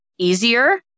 easier